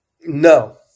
No